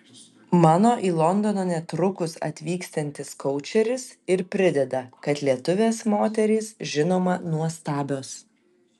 mano į londoną netrukus atvyksiantis koučeris ir prideda kad lietuvės moterys žinoma nuostabios